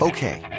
Okay